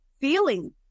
feeling